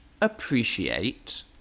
appreciate